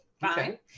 fine